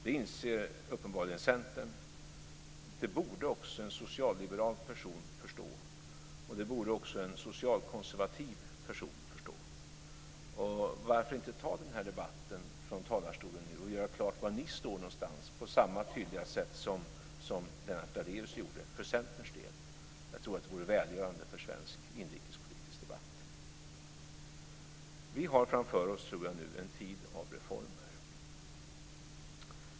Det inser uppenbarligen Centern. Det borde också en socialliberal person förstå, och det borde också en socialkonservativ person förstå. Varför inte ta debatten från talarstolen nu och göra klart var ni står någonstans på samma tydliga sätt som Lennart Daléus gjorde för Centerns del. Det vore välgörande för svensk inrikespolitisk debatt. Vi har framför oss en tid av reformer.